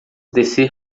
descer